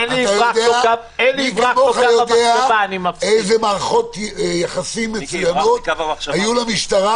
מי כמוך יודע איזה מערכות יחסים מצוינות היו למשטרה